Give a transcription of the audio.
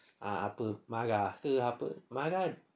ah apa marah ke apa marah